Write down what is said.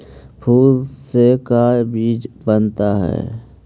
फूल से का चीज बनता है?